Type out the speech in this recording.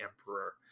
emperor